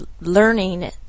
learning